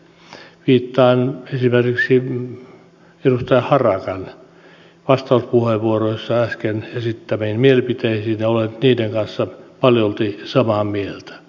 viittaan esimerkiksi edustaja harakan vastauspuheenvuoroissa äsken esittämiin mielipiteisiin ja olen niiden kanssa paljolti samaa mieltä